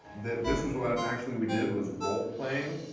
this was what actually we did was roleplaying.